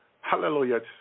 Hallelujah